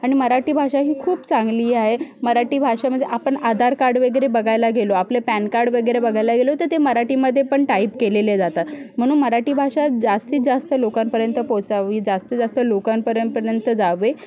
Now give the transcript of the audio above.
आणि मराठी भाषा ही खूप चांगली आहे मराठी भाषेमध्ये आपण आधार कार्ड वगैरे बघायला गेलो आपले पॅन कार्ड वगैरे बघायला गेलो तर ते मराठीमध्ये पण टाईप केले जातात म्हणून मराठी भाषा जास्तीत जास्त लोकांपर्यंत पोहचावी जास्तीतजास्त लोकांपर्यंत जावे